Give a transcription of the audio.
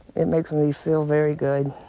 it makes me feel very good.